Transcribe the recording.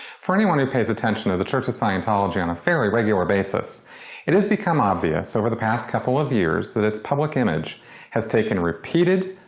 for anyone who pays attention to the church of scientology on a fairly regular basis it has become obvious over the past couple of years that its public image has taken repeated,